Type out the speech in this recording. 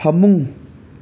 ꯐꯃꯨꯡ